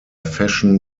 fashion